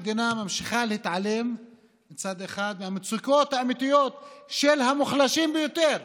המדינה ממשיכה להתעלם מהמצוקות האמיתיות של המוחלשים ביותר,